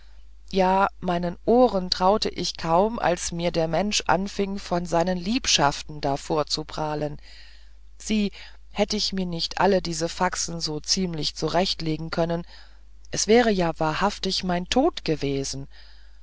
ja meinen ohren traute ich kaum als mir der mensch anfing von seinen liebschaften da vorzuprahlen sieh hätt ich mir nicht alle diese faxen so ziemlich zurechtlegen können es wär ja wahrhaftig mein tod gewesen